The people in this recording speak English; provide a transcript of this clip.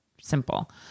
simple